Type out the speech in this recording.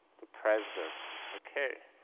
the president, okay.